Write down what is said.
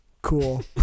cool